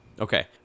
Okay